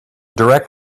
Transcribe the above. direct